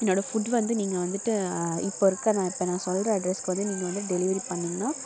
என்னோடய ஃபுட் வந்து நீங்கள் வந்துட்டு இப்போ இருக்க நான் இப்போ நான் சொல்லுற அட்ரஸ்க்கு வந்து நீங்கள் வந்து டெலிவரி பண்ணீங்கனா